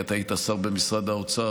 כי אתה היית שר במשרד האוצר,